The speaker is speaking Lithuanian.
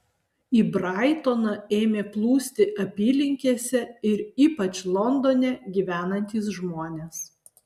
į braitoną ėmė plūsti apylinkėse ir ypač londone gyvenantys žmonės